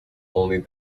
only